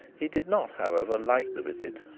he did not, however, like the visit,